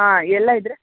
ಹಾಂ ಎಲ್ಲ ಇದ್ರೆ